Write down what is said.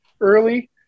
early